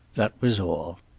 that was all.